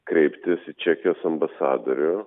kreiptis į čekijos ambasadorių